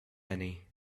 annie